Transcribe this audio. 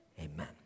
Amen